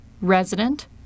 Resident